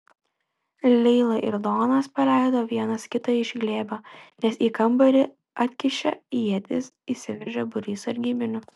leila ir donas paleido vienas kitą iš glėbio nes į kambarį atkišę ietis įsiveržė būrys sargybinių